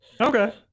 Okay